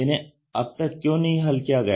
इन्हें अब तक क्यों नहीं हल किया गया